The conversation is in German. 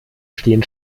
stehen